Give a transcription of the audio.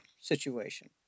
situation